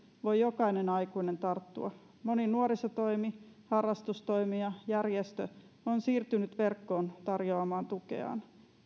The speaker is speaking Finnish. voi jokainen aikuinen tarttua moni nuorisotoimi harrastustoimi ja järjestö on siirtynyt verkkoon tarjoamaan tukeaan